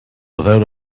without